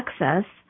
access